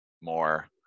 more